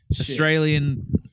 Australian